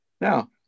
Now